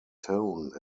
tone